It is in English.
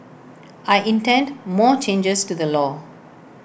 I intend more changes to the law